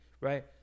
Right